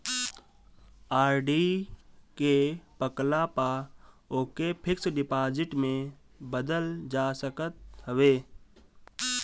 RD के पकला पअ ओके फिक्स डिपाजिट में बदल जा सकत हवे